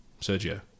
Sergio